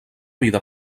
vida